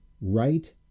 right